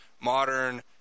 modern